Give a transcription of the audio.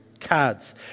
cards